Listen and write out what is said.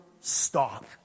stop